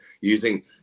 using